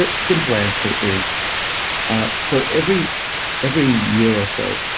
ah simple answer is ah so every every year or so,